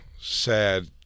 sad